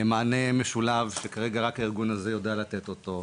מענה משולב שכרגע רק הארגון הזה יודע לתת אותו,